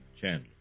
Chandler